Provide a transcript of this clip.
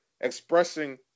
expressing